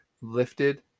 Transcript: lifted